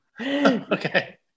Okay